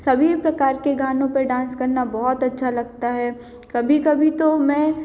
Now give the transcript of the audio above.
सभी प्रकार के गानों पर डांस करना बहुत अच्छा लगता है कभी कभी तो मैं